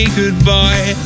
goodbye